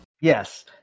Yes